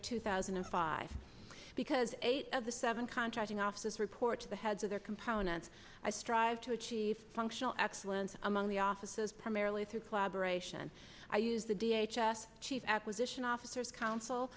two thousand and five because eight of the seven contracting offices report to the heads of their components i strive to achieve functional excellence among the offices primarily through collaboration i use the d h s s chief acquisition officers coun